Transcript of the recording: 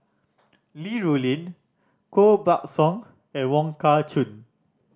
Li Rulin Koh Buck Song and Wong Kah Chun